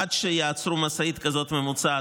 עד שיעצרו משאית כזאת ממוצעת,